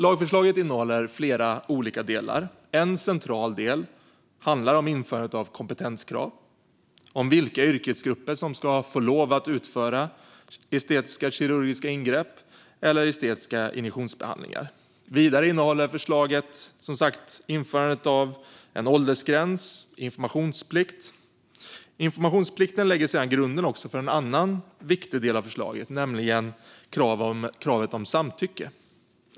Lagförslaget innehåller flera delar. En central del handlar om införandet av kompetenskrav och om vilka yrkesgrupper som ska få utföra estetiska kirurgiska ingrepp och estetiska injektioner. Vidare innehåller förslaget införandet av en åldersgräns och en informationsplikt. Informationsplikten lägger sedan grunden för en annan viktig del av förslaget, nämligen krav på samtycke.